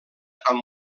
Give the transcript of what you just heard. amb